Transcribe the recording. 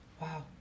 wow